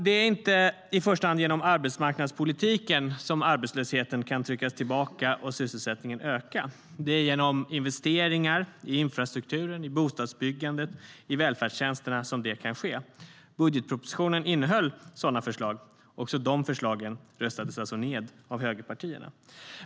Det är inte i första hand genom arbetsmarknadspolitiken som arbetslösheten kan tryckas tillbaka och sysselsättningen öka. Det är genom investeringar i infrastrukturen, i bostadsbyggandet och i välfärdstjänsterna som det kan ske. Budgetpropositionen innehöll sådana förslag. Också de förslagen röstades alltså ned av högerpartierna.